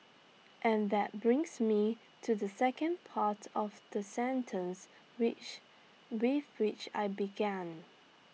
and that brings me to the second part of the sentence which with which I began